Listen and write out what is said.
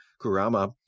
Kurama